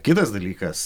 kitas dalykas